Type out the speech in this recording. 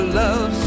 love